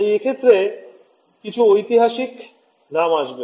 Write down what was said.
তাই এক্ষেত্রে কিছু ঐতিহাসিক নাম আসবে